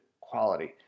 quality